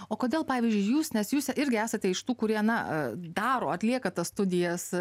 o kodėl pavyzdžiui jūs nes jūs irgi esate iš tų kurie na daro atlieka tas studijas